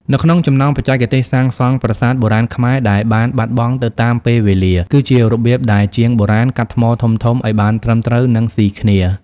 នៅក្នុងចំណោមបច្ចេកទេសសាងសង់ប្រាសាទបុរាណខ្មែរដែលបានបាត់បង់ទៅតាមពេលវេលា គឺជារបៀបដែលជាងបុរាណកាត់ថ្មធំៗឱ្យបានត្រឹមត្រូវ និងស៊ីគ្នា។